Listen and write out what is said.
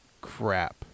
crap